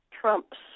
trumps